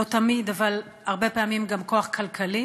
לא תמיד, אבל הרבה פעמים, גם כוח כלכלי